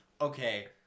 okay